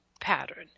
pattern